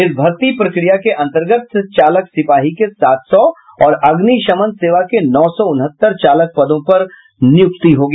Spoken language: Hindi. इस भर्ती प्रक्रिया के अंतर्गत चालक सिपाही के सात सौ और अग्निशमन सेवा के नौ सौ उनहत्तर चालक पदों पर नियुक्ति होगी